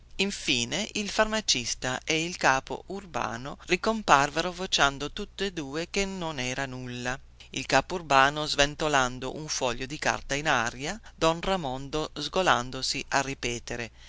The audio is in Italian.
infine il farmacista e il capo urbano ricomparvero vociando tutti e due che non era nulla il capo urbano sventolando un foglio di carta in aria don ramondo sgolandosi a ripetere